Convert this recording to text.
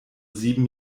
sieben